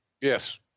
Yes